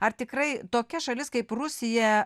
ar tikrai tokia šalis kaip rusija